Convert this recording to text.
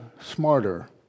smarter